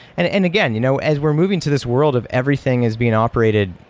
and and again, you know as we're moving to this world of everything is being operated,